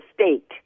state